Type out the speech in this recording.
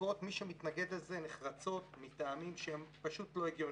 מי שמתנגד נחרצות לבדיקות מטעמים שהם פשוט לא הגיוניים,